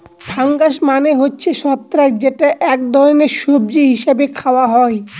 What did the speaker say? fungus মানে হচ্ছে ছত্রাক যেটা এক ধরনের সবজি হিসেবে খাওয়া হয়